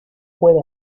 puede